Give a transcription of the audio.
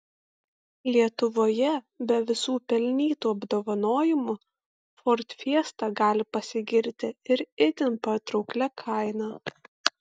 lietuvoje be visų pelnytų apdovanojimų ford fiesta gali pasigirti ir itin patrauklia kaina